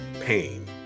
Pain